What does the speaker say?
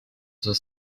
the